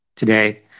Today